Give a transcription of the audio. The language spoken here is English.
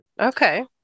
Okay